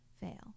fail